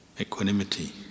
equanimity